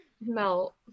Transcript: melt